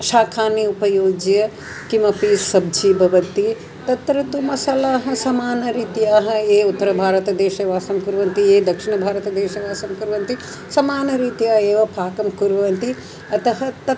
शाखानि उपयुज्य किमपि सब्जि भवति तत्र तु मसालाः समानरीत्याः ये उत्तरभारतदेशे वासं कुर्वन्ति ये दक्षिणभारतदेशे वासं कुर्वन्ति समानरीत्या एव पाकं कुर्वन्ति अतः